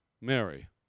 Mary